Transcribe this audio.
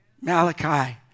Malachi